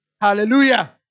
Hallelujah